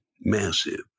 massive